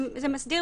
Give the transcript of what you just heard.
זה מסדיר,